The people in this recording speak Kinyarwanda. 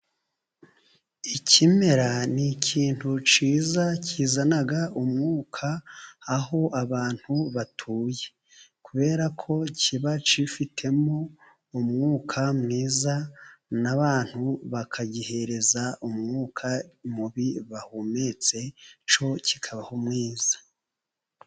Ikimera ni ikintu cyiza kizana umwuka aho abantu batuye kubera ko kiba cyifitemo umwuka mwiza n'abantu bakagihereza umwuka mubi bahumetse, cyo kikabaha umwiza.